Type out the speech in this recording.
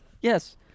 Yes